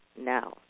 now